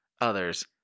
others